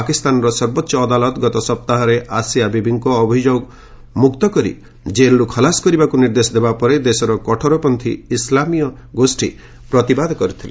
ପାକିସ୍ତାନର ସର୍ବୋଚ୍ଚ ଅଦାଲତ ଗତ ସପ୍ତାହରେ ଆସିଆ ବିବିଙ୍କୁ ଅଭିଯୋଗ ମୁକ୍ତ କରି ଜେଲ୍ରୁ ଖଲାସ କରିବାକୁ ନିର୍ଦ୍ଦେଶ ଦେବା ପରେ ଦେଶର କଠୋରପନ୍ଥୀ ଇସ୍ଲାମୀୟ ଗୋଷୀ ପ୍ରତିବାଦ କରିଥିଲେ